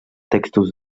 textos